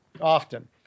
often